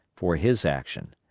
for his action.